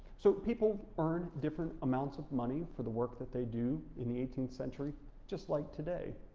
so people earn different amounts of money for the work that they do in the eighteenth century just like today.